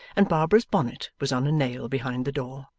and barbara's bonnet was on a nail behind the door.